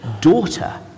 daughter